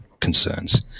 concerns